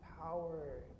power